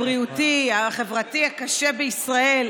הבריאותי והחברתי הקשה בישראל,